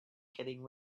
getting